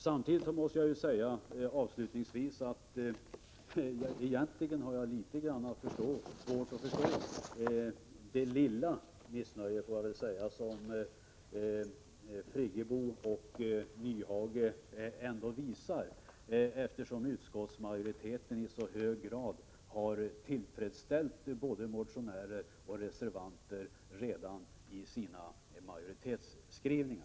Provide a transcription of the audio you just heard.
Samtidigt vill jag avslutningsvis säga att jag har svårt att förstå det lilla missnöje — så kan man väl karakterisera det — som Friggebo och Nyhage visar, eftersom utskottet i sin majoritetsskrivning i så hög grad tillfredsställt både motionärerna och reservanterna.